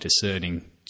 discerning